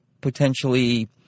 potentially